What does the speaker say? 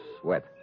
sweat